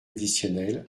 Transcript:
additionnels